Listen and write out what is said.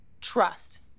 Trust